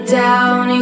down